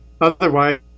otherwise